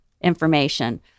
information